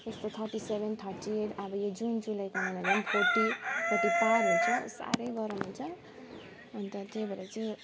त्यस्तो thirty seven thirty eight अब यो जुन जुलाईको महिनादेखिको फोर्ट्टी फोर्ट्टी पार हुन्छ साह्रै गरम हुन्छ अन्त त्यही भएर चाहिँ